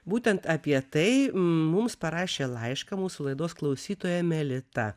būtent apie tai mums parašė laišką mūsų laidos klausytoja melita